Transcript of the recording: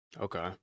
okay